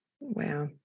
Wow